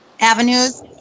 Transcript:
avenues